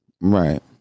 Right